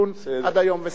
וסקורניק מת,